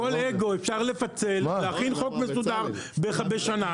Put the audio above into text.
אבל זה הכל אגו, אפשר לפצל, להכין חוק מסודר בשנה.